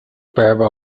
berber